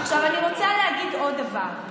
אני רוצה להגיד עוד דבר: